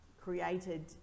created